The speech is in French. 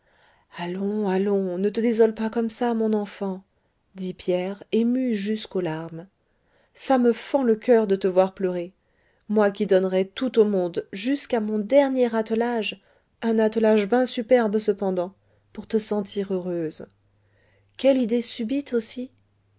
allons allons ne te désole pas comme ça mon enfant dit pierre ému jusqu'aux larmes ça me fend le coeur de te voir pleurer moi qui donnerais tout au monde jusqu'à mon dernier attelage un attelage ben superbe cependant pour te sentir heureuse quelle idée subite aussi